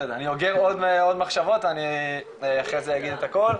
אוגר עוד מחשבות ואחרי זה אני אגיד את הכול.